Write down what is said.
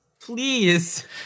Please